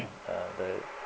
uh